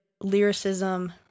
lyricism